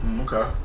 okay